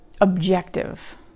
objective